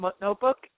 notebook